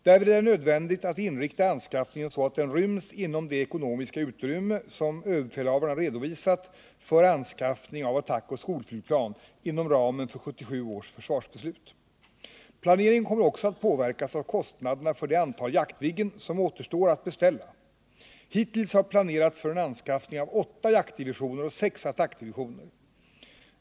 Därvid är det nödvändigt att inrikta anskaffningen så att den ryms inom det ekonomiska utrymme som överbefälhavaren har redovisat för anskaffning av attackoch skolflygplan inom ramen för 1977 års försvarsbeslut. Planeringen kommer också att påverkas av kostnaderna för det antal Jaktviggen som återstår att beställa. Hittills har planerats för en anskaffning av åtta jaktdivisioner och sex attackdivisioner.